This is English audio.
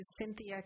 Cynthia